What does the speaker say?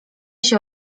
się